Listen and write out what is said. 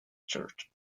church